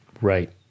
Right